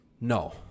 no